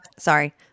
Sorry